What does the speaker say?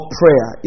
prayer